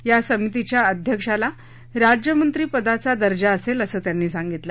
या समितीच्या अध्यक्षाला राज्यमंत्रिपदाचा दर्जा असेल असं त्यांनी सांगितलं